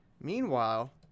Meanwhile